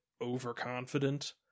overconfident